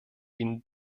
ihnen